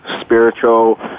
spiritual